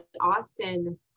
Austin